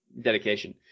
dedication